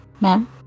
ma'am